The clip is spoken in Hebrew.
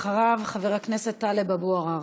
חבר הכנסת טלב אבו עראר,